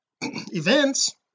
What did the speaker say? events